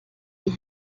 die